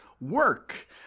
work